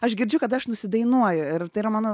aš girdžiu kad aš nusidainuoju ir tai yra mano